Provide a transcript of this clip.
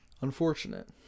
Unfortunate